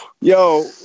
Yo